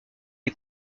est